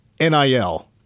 NIL